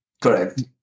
Correct